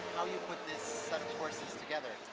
how you put this set of courses together?